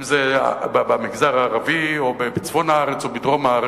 אם במגזר הערבי או בצפון הארץ או בדרום הארץ,